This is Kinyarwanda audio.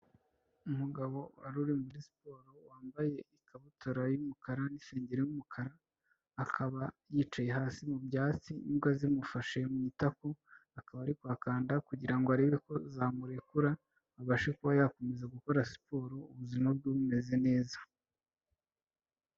Umugabo wari uri muri siporo wambaye ikabutura y'umukara n'isengeri y'umukara, akaba yicaye hasi mu byatsi imbwa zimufashe mu itako, akaba ari kuhakanda kugira ngo arebe ko zamurekura abashe kuba yakomeza gukora siporo ubuzima bwe bumeze neza.